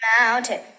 mountain